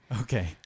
Okay